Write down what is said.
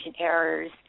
errors